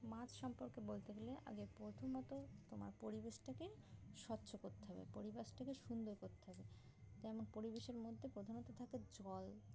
মাছ সম্পর্কে বলতে গেলে আগে প্রথমত তোমার পরিবেশটাকে স্বচ্ছ করতে হবে পরিবেশটাকে সুন্দর করতে হবে যেমন পরিবেশের মধ্যে প্রধানত থাকে জল